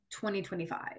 2025